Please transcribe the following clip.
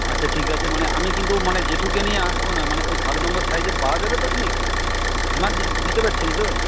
আচ্ছা ঠিক আছে মানে আমি কিন্তু মানে জেঠুকে নিয়ে আসবো না মানে ওই সাত নম্বর সাইজের পাওয়া যাবে তো ঠিক এম্যারজেন্সি বুঝতে পারছেন তো